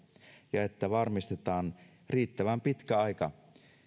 ja että varmistetaan riittävän pitkä aika